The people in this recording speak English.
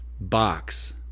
box